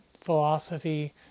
philosophy